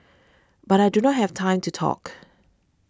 but I do not have time to talk